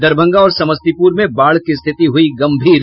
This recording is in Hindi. दरभंगा और समस्तीपुर में बाढ़ की स्थिति हुई गंभीर